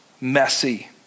messy